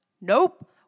Nope